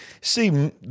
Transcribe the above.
See